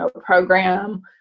program